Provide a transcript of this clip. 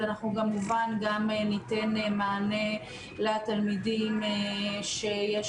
אנחנו כמובן גם ניתן מענה לתלמידים שיש